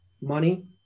money